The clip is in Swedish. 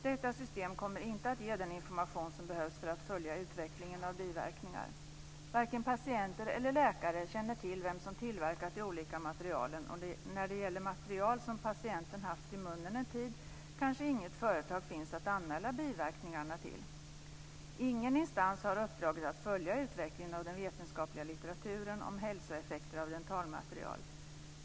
Detta system kommer inte att ge den information som behövs för att följa utvecklingen av biverkningar. Varken patienter eller läkare känner till vem som tillverkat de olika materialen, och när det gäller material som patienten haft i munnen en tid kanske inget företag finns att anmäla biverkningarna till. Ingen instans har uppdraget att följa utvecklingen av den vetenskapliga litteraturen om hälsoeffekter av dentalmaterial.